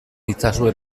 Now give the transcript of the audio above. itzazue